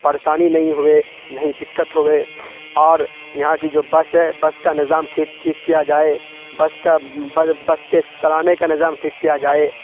پریشانی نہیں ہوئے نہیں دقت ہووے اور یہاں کی جو بس ہے بس کا نظام ٹھیک ٹھیک کیا جائے بس کا بس کے چلانے کا نظام ٹھیک کیا جائے